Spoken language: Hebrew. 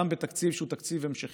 גם בתקציב שהוא תקציב המשכי,